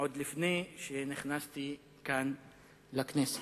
עוד לפני שנכנסתי לכאן, לכנסת.